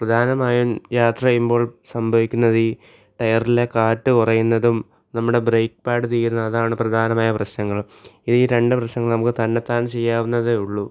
പ്രധാനമായും യാത്ര ചെയ്യുമ്പോൾ സംഭവിക്കുന്നത് ഈ ടയറിലെ കാറ്റ് കുറയുന്നതും നമ്മുടെ ബ്രേക്ക് പാഡ് തീരുന്നത് അതാണ് പ്രധാനമായ പ്രശ്നങ്ങൾ ഈ രണ്ട് പ്രശ്നങ്ങളും നമുക്ക് തന്നത്താൻ ചെയ്യാവുന്നതേ ഉള്ളു